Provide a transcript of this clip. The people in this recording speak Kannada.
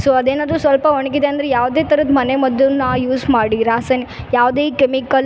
ಸೊ ಅದೇನದು ಸ್ವಲ್ಪ ಒಣಗಿದೆ ಅಂದ್ರೆ ಯಾವುದೆ ಥರದ ಮನೆ ಮದ್ದನ್ನ ಯೂಸ್ ಮಾಡಿ ರಾಸಾಯ್ನ ಯಾವುದೆ ಕೆಮಿಕಲ್